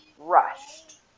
Rushed